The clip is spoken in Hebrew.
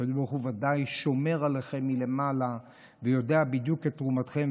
שהקדוש ברוך הוא ודאי שומר עליכם מלמעלה ויודע בדיוק את תרומתכם.